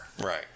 Right